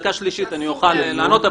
דקה שלישית אוכל לענות,